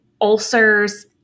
ulcers